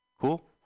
Cool